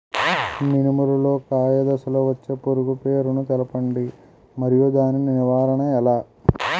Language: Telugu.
మినుము లో కాయ దశలో వచ్చే పురుగు పేరును తెలపండి? మరియు దాని నివారణ ఎలా?